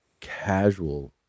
casual